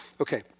Okay